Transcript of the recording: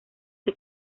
que